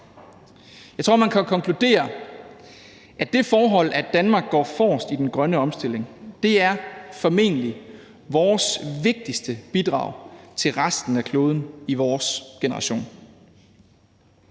Jeg tror, man kan konkludere, at det forhold, at Danmark går forrest i den grønne omstilling, formentlig er vores vigtigste bidrag til resten af kloden i vores generation.